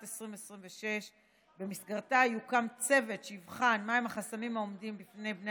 2026 שבמסגרתה יוקם צוות שיבחן מהם החסמים העומדים בפני בני